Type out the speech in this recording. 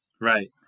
Right